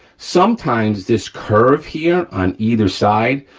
sometimes this curve here on either side,